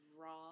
raw